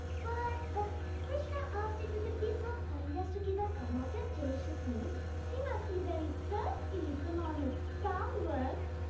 but krishna asked if you could be so kind as to give us some of your delicious milk. he must be very thirsty from all his farm work.